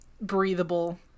breathable